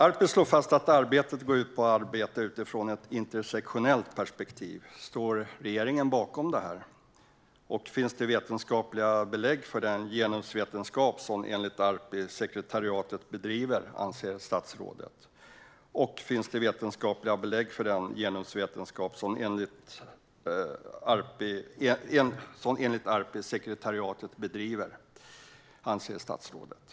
Arpi slår fast att arbetet har ett intersektionellt perspektiv. Står regeringen bakom det här? Och anser statsrådet att det finns vetenskapliga belägg för den genusvetenskap som sekretariatet, enligt Arpi, bedriver?